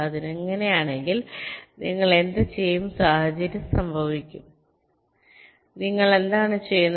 അങ്ങനെയാണെങ്കിൽ നിങ്ങൾ എന്തുചെയ്യും സാഹചര്യം സംഭവിക്കുന്നു ഞങ്ങൾ എന്താണ് ചെയ്യുന്നത്